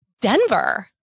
Denver